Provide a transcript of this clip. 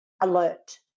alert